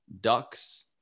Ducks